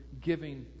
giving